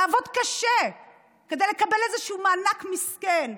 לעבוד קשה כדי לקבל איזשהו מענק מסכן.